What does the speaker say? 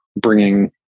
bringing